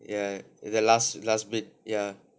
ya it's the last bit ya